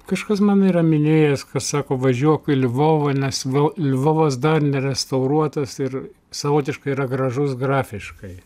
kažkas man yra minėjęs kas sako važiuok į lvovą nes va lvovas dar nerestauruotas ir savotiškai yra gražus grafiškai